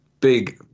big